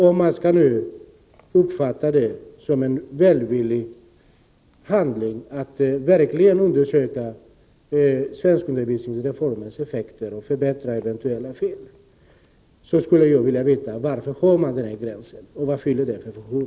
Om man verkligen vill undersöka svenskundervisningsreformens effekter och förbättra eventuella fel, anser jag att dessa frågor bör besvaras. Varför har man den här tidsgränsen? Vad fyller den för funktion?